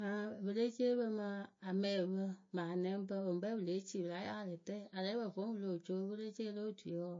epereceepǝ mɨ amɛɛpǝ mɨŋ anɛŋpǝ pɨ lée ci pɨla yaalɨtǝɛ arɛɛpǝ vǝ́ pɨ loh co perecee lo otuyǝ wǝǝ